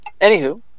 Anywho